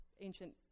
ancient